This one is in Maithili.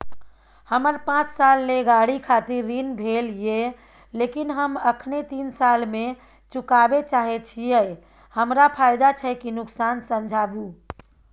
हमर पाँच साल ले गाड़ी खातिर ऋण भेल ये लेकिन हम अखने तीन साल में चुकाबे चाहे छियै हमरा फायदा छै की नुकसान समझाबू?